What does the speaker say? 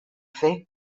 fer